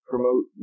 Promote